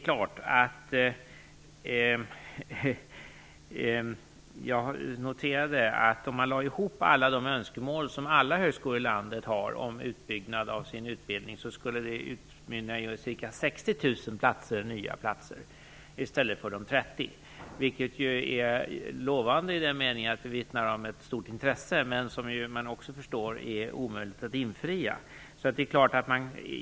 Jag noterade att om man lade ihop alla önskemål om utbyggnad från samtliga högskolor i landet, skulle det utmynna i ca 60 000 nya platser i stället för de aktuella 30 000. Det är ju lovande i den meningen att det vittnar om ett stort intresse, men man förstår också att det omöjligt att infria förhoppningarna.